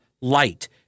light